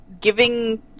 giving